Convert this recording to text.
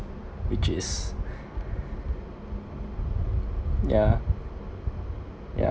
which is yeah yeah